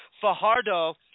Fajardo